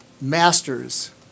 masters